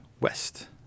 West